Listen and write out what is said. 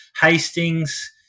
Hastings